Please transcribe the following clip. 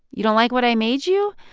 you don't like what i made you.